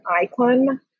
icon